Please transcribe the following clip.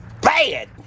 bad